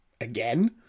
again